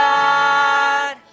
God